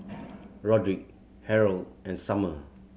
Rodrick Harrold and Summer